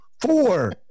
four